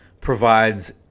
provides